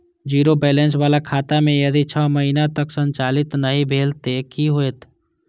Zero balance बाला खाता में यदि छः महीना तक संचालित नहीं भेल ते कि होयत?